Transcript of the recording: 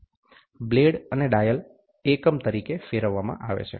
blade અને dial એકમ તરીકે ફેરવવામાં આવે છે